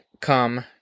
come